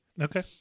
okay